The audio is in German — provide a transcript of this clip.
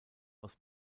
aus